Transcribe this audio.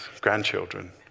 grandchildren